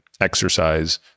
exercise